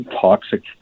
toxic